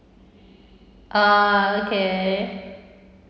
ah okay